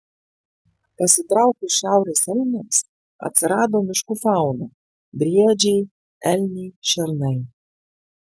pasitraukus šiaurės elniams atsirado miškų fauna briedžiai elniai šernai